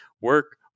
work